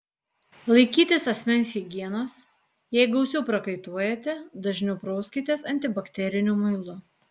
laikytis asmens higienos jei gausiau prakaituojate dažniau prauskitės antibakteriniu muilu